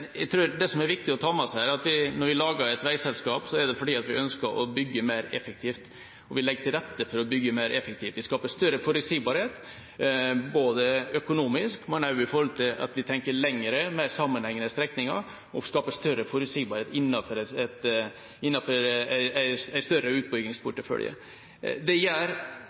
jeg ikke gjøre. Det som er viktig å ta med seg her, er at når vi lager et veiselskap, er det fordi vi ønsker å bygge mer effektivt, og vi legger til rette for å bygge mer effektivt. Vi skaper større forutsigbarhet både økonomisk og også ved at vi tenker lengre sammenhengende strekninger og skaper større forutsigbarhet innenfor en større utbyggingsportefølje.